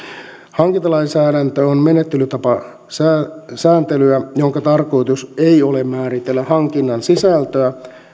hankintalainsäädäntö on menettelytapasääntelyä jonka tarkoitus ei ole määritellä hankinnan sisältöä